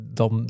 dan